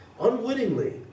Unwittingly